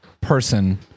person